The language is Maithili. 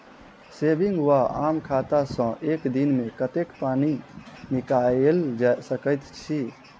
सेविंग वा आम खाता सँ एक दिनमे कतेक पानि निकाइल सकैत छी?